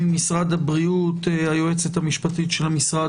ממשרד הבריאות היועצת המשפטית של המשרד,